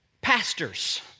pastors